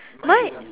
mine